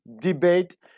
debate